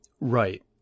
Right